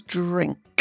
drink